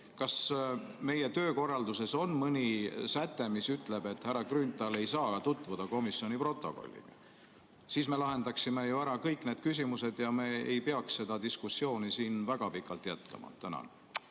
Kas meie töökorralduses on mõni säte, mis ütleb, et härra Grünthal ei saa tutvuda komisjoni protokolliga? Siis me lahendaksime ju ära kõik need küsimused ja me ei peaks seda diskussiooni siin väga pikalt jätkama. Suur